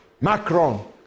Macron